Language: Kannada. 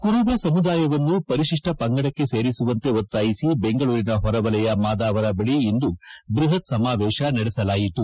ಕುರುಬ ಸಮುದಾಯವನ್ನು ಪರಿಶಿಷ್ಟ ಪಂಗಡಕ್ಕೆ ಸೇರಿಸುವಂತೆ ಒತ್ತಾಯಿಸಿ ಬೆಂಗಳೂರಿನ ಹೊರವಲಯ ಮಾದಾವರ ಬಳಿ ಇಂದು ಬೃಹತ್ ಸಮಾವೇಶ ನಡೆಸಲಾಯಿತು